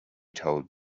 told